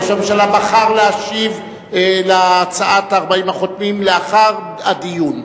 ראש הממשלה בחר להשיב על הצעת 40 החותמים לאחר הדיון,